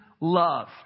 Love